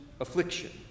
affliction